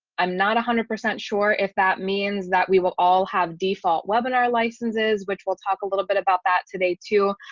i'm not one hundred percent sure if that means that we will all have default webinar licenses, which we'll talk a little bit about that today, too.